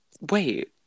Wait